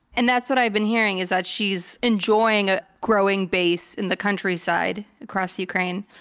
and that's what i've been hearing is that she is enjoying a growing base in the countryside across ukraine.